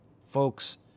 folks